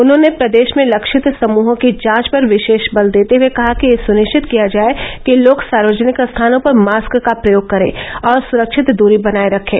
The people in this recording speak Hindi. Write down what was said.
उन्होंने प्रदेश में लक्षित समूहों की जांच पर विशेष वल देते कहा कि यह सुनिश्चित किया जाए कि लोग सार्वजनिक स्थानों पर मास्क का प्रयोग करें और सुरक्षित दूरी बनाए रखें